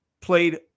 Played